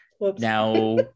Now